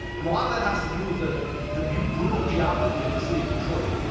and a lot of that has to do with the the brutal geography of the city of detroit.